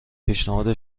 پیشنهاد